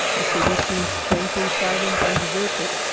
the city seemed strangely silent and deserted,